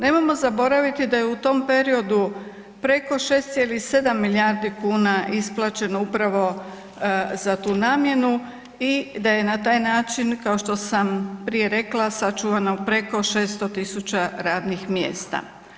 Nemojmo zaboraviti da je u tom periodu preko 6,7 milijardi kuna isplaćeno upravo za tu namjenu i da je na taj način kao što sam prije rekla sačuvano preko 600.000 radnih mjesta.